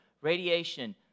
radiation